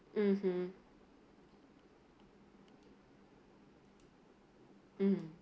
mmhmm mm